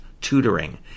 tutoring